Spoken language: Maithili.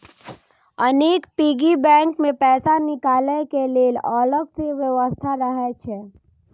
अनेक पिग्गी बैंक मे पैसा निकालै के लेल अलग सं व्यवस्था रहै छै